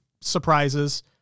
surprises